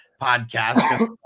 podcast